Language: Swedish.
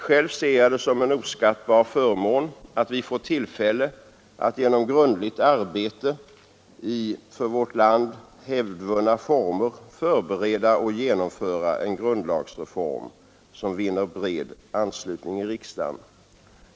Själv ser jag det som en oskattbar förmån att vi fått tillfälle att genom grundligt arbete i för vårt land hävdvunna former förbereda och genomföra en grundlagsreform som vinner bred anslutning i riksdagen.